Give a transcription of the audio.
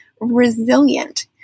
resilient